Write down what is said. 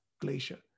Glacier